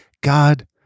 God